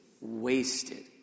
Wasted